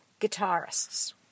guitarists